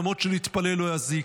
למרות שלהתפלל לא יזיק.